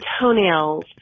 toenails